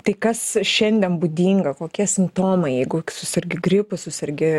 tai kas šiandien būdinga kokie simptomai jeigu susergi gripu susergi